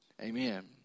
Amen